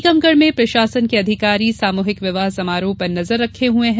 टीकमगढ में प्रशासन के अधिकारी सामूहिक विवाह समारोह पर नजर रखे हुए है